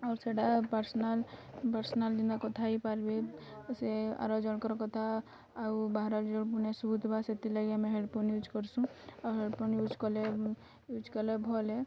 ଆଉ ସେଇଟା personal personal କିନା କଥା ହୋଇପାରିବେ ସେ ଆର ଜଣଙ୍କର କଥା ଆଉ ବାହାରୁ ଜଣେ ଶିଭୁଥିବା ସେଥିରଲାଗି ଆମେ ହେଡ଼୍ ଫୋନ୍ ୟୁଜ୍ କରୁସୁଁ ଆଉ ହେଡ଼୍ ଫୋନ୍ ୟୁଜ୍ କଲେ ୟୁଜ୍ କଲେ ଭଲ୍ ହେ